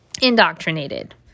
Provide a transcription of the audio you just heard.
indoctrinated